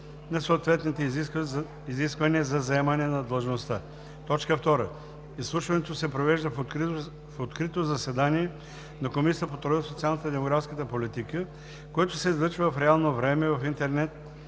на съответните изисквания за заемане на длъжността. 2. Изслушването се провежда в открито заседание на Комисията по труда, социалната и демографската политика, което се излъчва в реално време в интернет